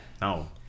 No